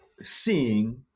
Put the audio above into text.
seeing